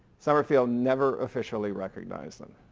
summerfield never officially recognized them.